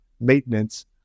maintenance